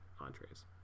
entrees